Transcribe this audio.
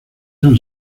san